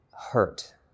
hurt